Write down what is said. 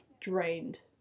drained